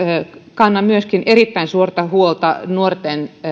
kannan myöskin erittäin suurta huolta nuorten